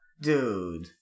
Dude